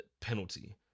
penalty